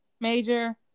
major